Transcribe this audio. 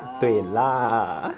对啦